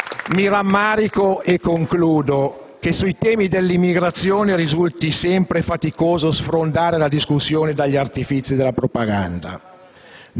Mi rammarico, e concludo, che sui temi dell'immigrazione risulti sempre faticoso sfrondare la discussione dagli artifizi della propaganda.